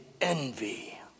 envy